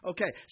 Okay